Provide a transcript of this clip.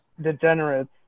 degenerates